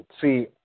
see